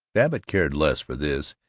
babbitt cared less for this,